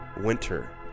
Winter